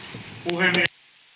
puhemies